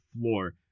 floor